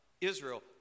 Israel